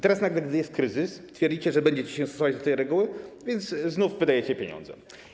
Teraz nagle, gdy jest kryzys, twierdzicie, że będziecie się stosować do tej reguły, więc znów wydajecie pieniądze.